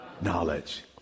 Knowledge